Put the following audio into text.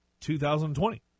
2020